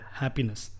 happiness